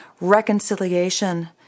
reconciliation